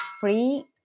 free